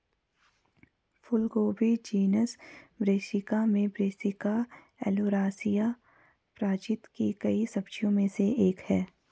फूलगोभी जीनस ब्रैसिका में ब्रैसिका ओलेरासिया प्रजाति की कई सब्जियों में से एक है